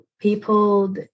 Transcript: people